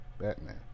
Batman